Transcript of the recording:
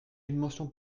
émotion